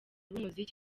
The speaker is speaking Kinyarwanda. b’umuziki